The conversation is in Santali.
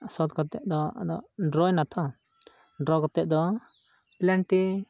ᱥᱳᱫᱷ ᱠᱟᱛᱮᱫ ᱫᱚ ᱟᱫᱚ ᱰᱨᱚᱭᱱᱟᱛᱚ ᱰᱨᱚ ᱠᱟᱛᱮᱫ ᱫᱚ ᱯᱮᱞᱮᱱᱴᱤ